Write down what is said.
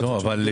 בין